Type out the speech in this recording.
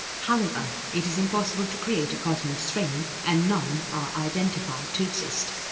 however it is impossible to create a cosmic string and none are identified to exist.